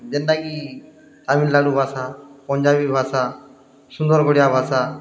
ଯେନ୍ଟା କି ତାମିଲନାଡ଼ୁ ଭାଷା ପଞ୍ଜାବୀ ଭାଷା ସୁନ୍ଦରଗଡ଼ିଆ ଭାଷା